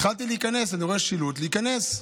התחלתי להיכנס, אני רואה שילוט: להיכנס.